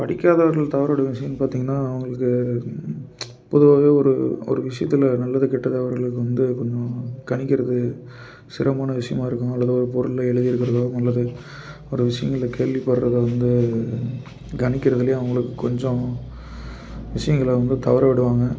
படிக்காதவர்கள் தவறவிடும் விஷயன்னு பார்த்திங்கன்னா அவங்களுக்கு பொதுவாகவே ஒரு ஒரு விஷயத்துல நல்லது கெட்டது அவர்களுக்கு வந்து கொஞ் கணிக்கிறது சிரமமான விஷயமா இருக்கும் அல்லது ஒரு பொருள் எழுதியிருக்குறதோ அல்லது ஒரு விஷயங்கள கேள்விப்பட்றதை வந்து கணிக்கிறதுலையும் அவங்களுக்கு கொஞ்சம் விஷயங்கள வந்து தவறவிடுவாங்க